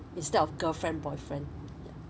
instead of girlfriend boyfriend yeah